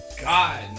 God